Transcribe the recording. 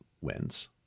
wins